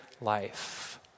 life